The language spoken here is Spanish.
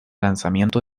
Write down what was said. lanzamiento